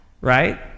right